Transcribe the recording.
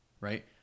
right